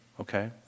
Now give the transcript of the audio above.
okay